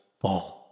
fall